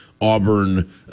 Auburn